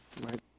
Right